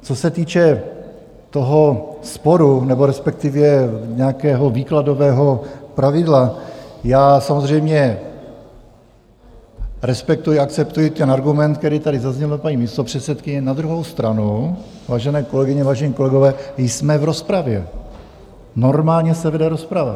Co se týče toho sporu, nebo respektive nějakého výkladového pravidla, já samozřejmě respektuji, akceptuji ten argument, který tady zazněl od paní místopředsedkyně, na druhou stranu, vážené kolegyně, vážení kolegové, jsme v rozpravě, normálně se vede rozprava.